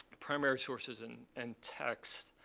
primary sources and and text.